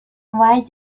why